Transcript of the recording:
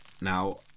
Now